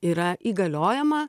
yra įgaliojama